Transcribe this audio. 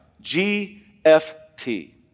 G-F-T